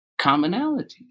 commonalities